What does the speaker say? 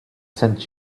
sent